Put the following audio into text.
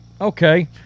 Okay